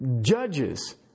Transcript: Judges